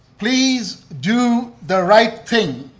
please do the right thing.